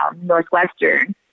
Northwestern